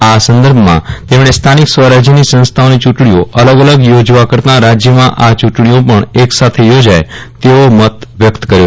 આ સંદર્ભમાં તેમણે સ્થાનિક સ્વરાજ્યની સંસ્થાઓની ચૂંટણીઓ અલગ અલગ યોજવા કરતાં રાજ્યમાં આ ચૂંટણીઓ પણ એક સાથે યોજાય તેવો મત વ્યકત કર્યો છે